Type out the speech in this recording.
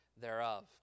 thereof